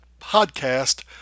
podcast